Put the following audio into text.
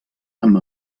amb